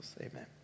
Amen